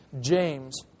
James